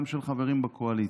גם של חברים בקואליציה.